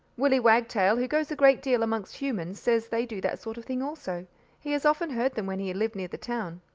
willy wagtail, who goes a great deal amongst humans, says they do that sort of thing also he has often heard them when he lived near the town.